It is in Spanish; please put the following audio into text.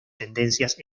tendencias